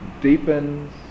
deepens